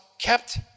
kept